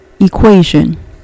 equation